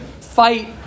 fight